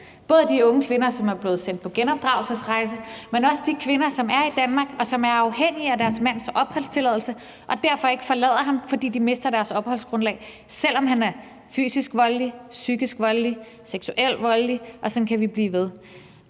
både de unge kvinder, som er blevet sendt på genopdragelsesrejser, men også de kvinder, som er i Danmark, og som er afhængige af deres mands opholdstilladelse og derfor ikke forlader ham, fordi de mister deres opholdsgrundlag, selv om han er fysisk voldelig, psykisk voldelig, seksuelt voldelig, og sådan kan vi blive ved.